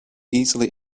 easily